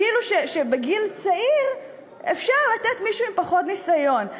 כאילו שלגיל צעיר אפשר לתת מישהו עם פחות ניסיון.